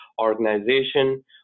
organization